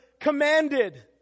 commanded